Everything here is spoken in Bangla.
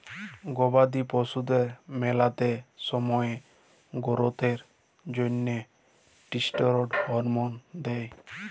গবাদি পশুদের ম্যালা সময়তে গোরোথ এর জ্যনহে ষ্টিরেড হরমল দেই